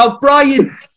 Brian